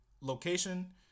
location